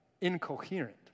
incoherent